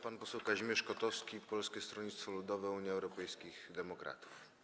Pan poseł Kazimierz Kotowski, Polskie Stronnictwo Ludowe - Unia Europejskich Demokratów.